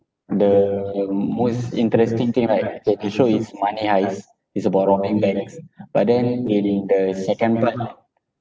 the most interesting thing right that the show is money heist it's about robbing banks but then in the second part